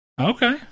Okay